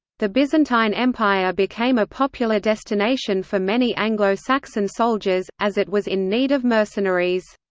the byzantine empire became a popular destination for many anglo-saxon soldiers, as it was in need of mercenaries.